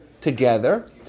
together